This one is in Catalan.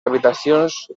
habitacions